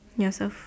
yourself